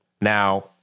Now